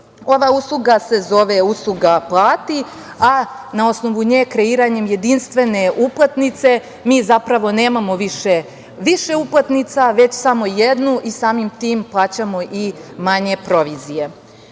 Ova usluga se zove – usluga plati, a na osnovu nje kreiranjem jedinstvene uplatnice mi zapravo nemamo više uplatnica, već samo jednu i samim tim plaćamo i manje provizije.O